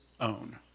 own